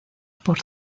por